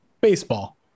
baseball